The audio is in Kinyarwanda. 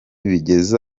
bigeze